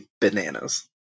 bananas